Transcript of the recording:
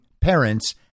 parents